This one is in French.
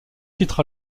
titre